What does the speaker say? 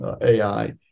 AI